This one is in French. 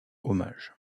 hommage